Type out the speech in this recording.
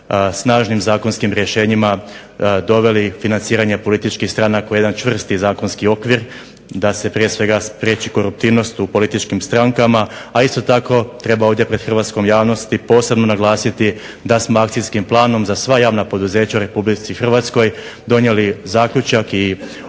snažim zakonskim rješenjima doveli financiranje političkih stranaka u jedan čvrsti zakonski okvir da se prije svega spriječi koruptivnost u političkim strankama. A isto tako treba ovdje pred hrvatskom javnosti posebno naglasiti da smo akcijskim planom za sva javna poduzeća u RH donijeli zaključak i odluku